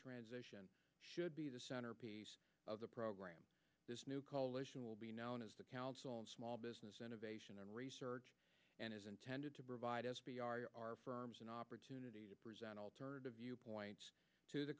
transition should be the centerpiece of the program this new coalition will be known as the council on small business innovation and research and is intended to provide an opportunity to present alternative viewpoints to the